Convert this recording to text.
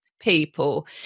people